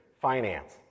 finance